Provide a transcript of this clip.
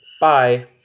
Bye